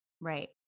right